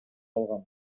алгам